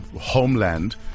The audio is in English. homeland